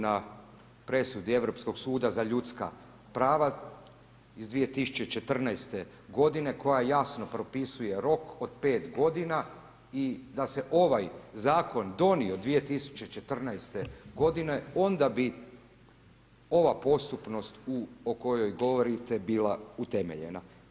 na presudi Europskog suda za ljudska prava iz 2014. godine koja jasno propisuje rok od 5 godina i da se ovaj Zakon donio 2014. godine, onda bi ova postupnost o kojoj govorite bila utemeljena.